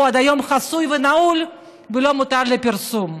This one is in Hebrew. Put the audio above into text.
הוא עד היום חסוי ונעול ולא מותר לפרסום.